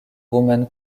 roman